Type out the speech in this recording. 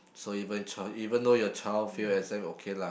so even child even though your child fail exam you okay lah